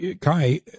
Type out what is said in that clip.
Kai